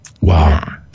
Wow